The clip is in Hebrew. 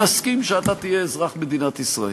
נסכים שאתה תהיה אזרח מדינת ישראל.